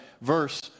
verse